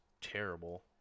terrible